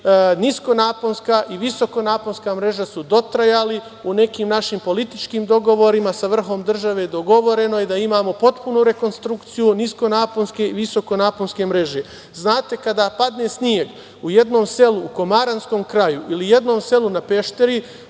Niskonaponska i visokonaponska mreža su dotrajale. U nekim našim političkim dogovorima sa vrhom države dogovoreno je da imamo potpunu rekonstrukciju niskonaponske i visokonaponske mreže. Znate, kada padne sneg u jednom selu u Komaranskom kraju ili u jednom selu na Pešteru